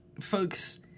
Folks